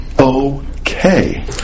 okay